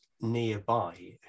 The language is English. nearby